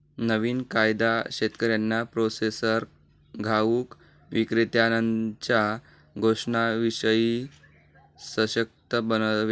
नवीन कायदा शेतकऱ्यांना प्रोसेसर घाऊक विक्रेत्त्यांनच्या शोषणाशिवाय सशक्त बनवेल